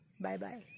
Bye-bye